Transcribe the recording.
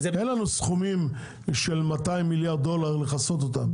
אין לנו סכומים של 200 מיליארד דולר לכסות אותם.